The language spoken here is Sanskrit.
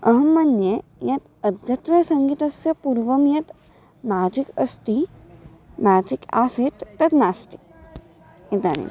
अहं मन्ये यत् अद्य त्र सङ्गीतस्य पूर्वं यत् म्याजिक् अस्ति म्याजिक् आसीत् तद् नास्ति इदानीम्